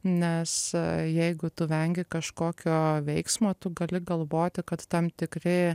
nes jeigu tu vengi kažkokio veiksmo tu gali galvoti kad tam tikri